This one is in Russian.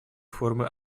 формы